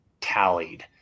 tallied